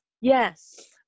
Yes